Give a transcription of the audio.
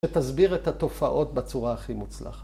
‫שתסביר את התופעות ‫בצורה הכי מוצלחת.